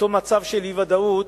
אותו מצב של אי-ודאות,